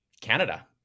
Canada